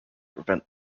prevent